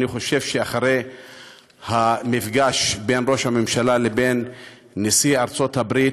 אני חושב שאחרי המפגש בין ראש הממשלה לבין נשיא ארצות-הברית,